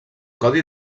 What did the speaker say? codi